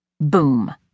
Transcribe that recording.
boom